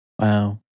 Wow